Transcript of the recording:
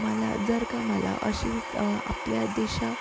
मला जर का मला अशीच आपल्या देशा